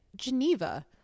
Geneva